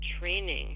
training